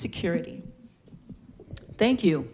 security thank you